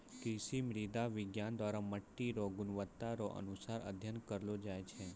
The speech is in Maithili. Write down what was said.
कृषि मृदा विज्ञान द्वरा मट्टी रो गुणवत्ता रो अनुसार अध्ययन करलो जाय छै